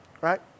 right